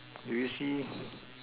do you see